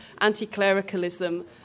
anti-clericalism